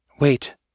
Wait